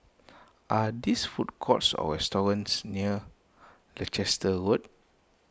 are this food courts or restaurants near Leicester Road